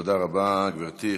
תודה רבה, גברתי.